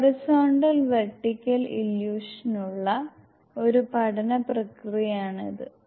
horizontal vertical ഇല്യൂഷനുള്ള ഒരു പഠനപ്രക്രിയയാണ് ഇത്